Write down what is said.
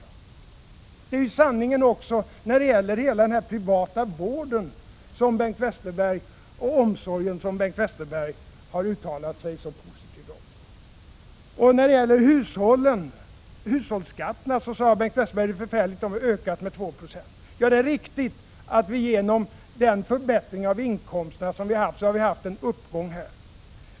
Det är ju sanningen också när det gäller den privata vården och omsorgen, som Bengt Westerberg har uttalat sig så positivt om. När det gäller hushållsskatterna sade Bengt Westerberg att det är förfärligt att de ökat med 2 96. Ja, det är riktigt att vi genom den förbättring av inkomsterna som åstadkommits har haft en uppgång i hushållsskatterna.